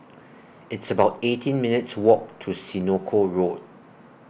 It's about eighteen minutes' Walk to Senoko Road